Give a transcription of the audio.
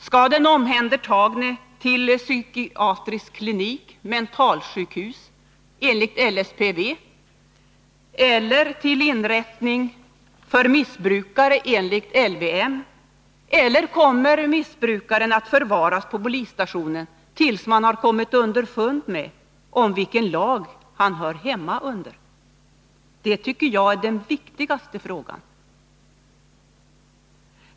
Skall den omhändertagne till psykiatrisk klinik eller mentalsjukhus enligt LSPV eller till inrättning för missbrukare enligt LYM? Eller kommer missbrukaren att förvaras på polisstationen tills man har kommit underfund med vilken lag han hör hemma under? Det tycker jag är den viktigaste frågan.